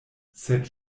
sed